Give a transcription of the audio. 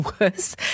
worse